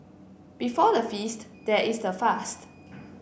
before the feast there is the fast